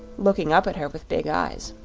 looking up at her with big eyes.